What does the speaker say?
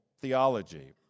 theology